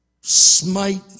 smite